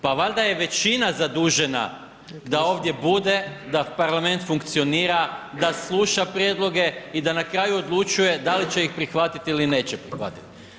Pa valjda je većina zadužena da ovdje bude, da Parlament funkcionira, da sluša prijedloge i da na kraju odlučuje da li će ih prihvatiti ili neće prihvatiti.